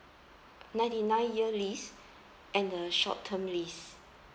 ninety nine year lease and the short term lease